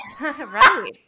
Right